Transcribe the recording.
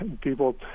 people